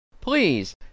Please